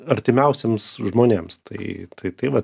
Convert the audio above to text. artimiausiems žmonėms tai tai vat